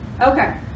Okay